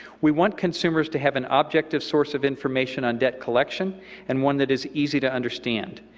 we want consumers to have an ah objective source of information on debt collection and one that is easy to understand.